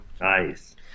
Nice